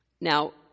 Now